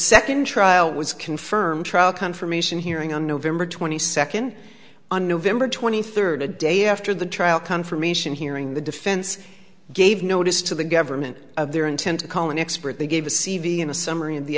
second trial was confirmed trial confirmation hearing on november twenty second on november twenty third a day after the trial confirmation hearing the defense gave notice to the government of their intent to call an expert they gave a c v and a summary of the